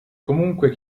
comunque